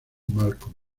malcolm